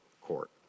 court